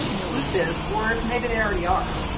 inclusive or if maybe there already are.